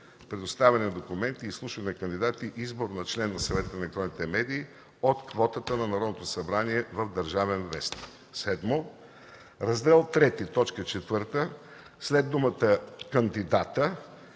представяне на документи, изслушване на кандидати и избор на член на Съвета за електронни медии от квотата на Народното събрание в “Държавен вестник”. 7. В Раздел ІІІ, т. 4 след думата „кандидата”